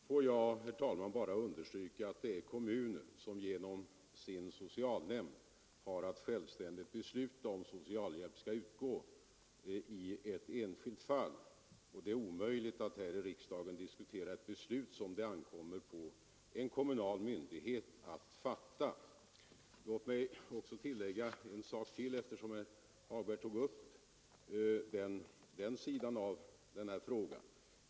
Herr talman! Får jag bara understryka att det är kommunen som genom sin socialnämnd har att självständigt besluta om socialhjälp skall utgå i ett enskilt fall. Det är omöjligt att här i riksdagen diskutera ett beslut som ankommer på en kommunal myndighet att fatta. Låt mig också tillägga ytterligare en sak, eftersom herr Hagberg tog upp den sidan av den här frågan.